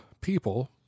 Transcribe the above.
people